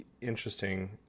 interesting